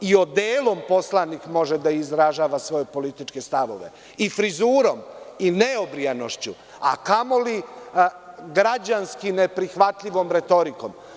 I odelom poslanik može da izražava svoje političke stavove i frizurom i neobrijanošću, a kamoli građanski neprihvatljivom retorikom.